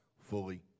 fully